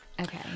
Okay